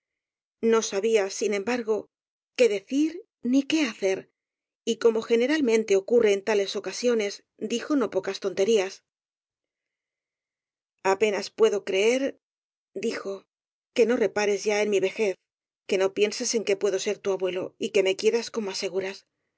no sabía sin embargo qué decir ni qué hacer y como generalmente ocurre en tales oca siones dijo no pocas tonterías apenas puedo creerdijo que no repares ya en mi vejez que no pienses en que puedo ser tu abuelo y que me quieras como aseguras